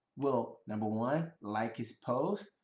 we'll number one, like his post,